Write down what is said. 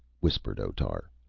whispered otar.